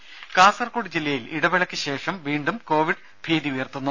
ദേദ കാസർകോട് ജില്ലയിൽ ഇടവേളയ്ക്ക് ശേഷം വീണ്ടും കോവിഡ് ഭീതി ഉയർത്തുന്നു